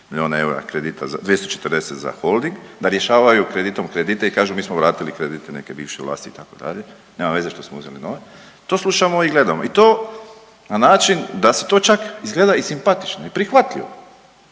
milijuna eura kredita za, 240 za Holding da rješavaju kreditom kredite i kažu mi smo vratili kredite neke bivše vlasti itd., nema veze što smo uzeli nove. To slušamo i gledamo i to na način da to čak izgleda i simpatično i prihvatljivo,